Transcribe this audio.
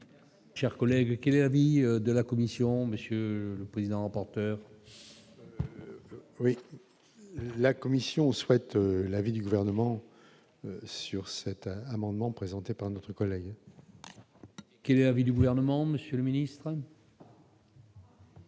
Chers collègues, quel est l'avis de la Commission, monsieur le président, porteur. Oui, la commission souhaite l'avis du gouvernement, sur certains amendements présentés par notre collègue. Qu'il y avait du gouvernement Monsieur le ministre.